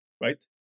right